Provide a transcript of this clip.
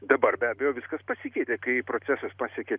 dabar be abejo viskas pasikeitė kai procesas pasiekė